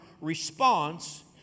response